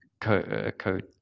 code